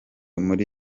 muri